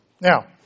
Now